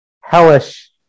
hellish